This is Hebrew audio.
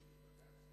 בג"ץ